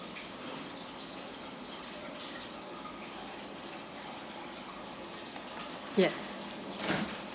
yes